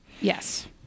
Yes